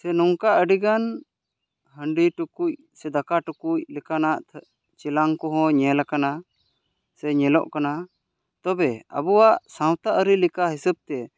ᱥᱮ ᱱᱚᱝᱠᱟ ᱟᱹᱰᱤ ᱜᱟᱱ ᱦᱟᱹᱰᱤ ᱴᱩᱠᱩᱡ ᱥᱮ ᱫᱟᱠᱟ ᱴᱩᱠᱩᱡ ᱞᱮᱠᱟᱱᱟᱜ ᱪᱮᱞᱟᱝ ᱠᱚᱦᱚᱸ ᱧᱮᱞ ᱟᱠᱟᱱᱟ ᱥᱮ ᱧᱮᱞᱚᱜ ᱠᱟᱱᱟ ᱛᱚᱵᱮ ᱟᱵᱚᱣᱟᱜ ᱥᱟᱶᱛᱟ ᱟᱹᱨᱤ ᱞᱮᱠᱟ ᱦᱤᱥᱟᱹᱵ ᱛᱮ